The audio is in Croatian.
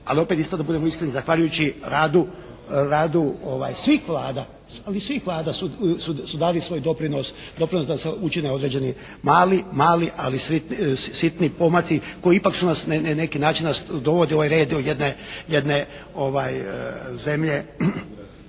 ali opet isto da budemo iskreni zahvaljujući radu svih vlada, ovih svih vlada su dali svoj doprinos da se učine određeni mali, ali sitni pomaci koji ipak su nas na neki način dovodi u ovaj red jedne zemlje